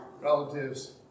relatives